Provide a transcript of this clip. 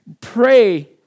pray